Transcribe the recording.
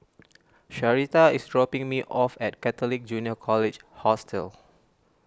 Sharita is dropping me off at Catholic Junior College Hostel